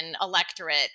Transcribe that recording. electorate